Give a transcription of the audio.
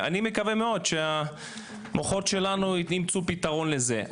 אני מקווה מאוד שהמוחות שלנו ימצאו פתרון לזה.